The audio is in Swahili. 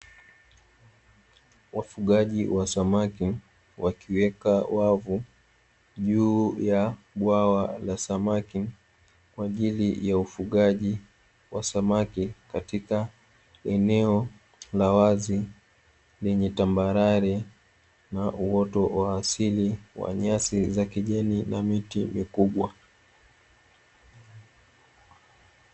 Wafugaji wa samaki wakiweka wavu juu ya bwawa la samaki, kwa ajili ya ufugaji wa samaki katika eneo la wazi lenye tambarare na uoto wa asili wa nyasi za kijani na miti mikubwa.